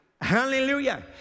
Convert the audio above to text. Hallelujah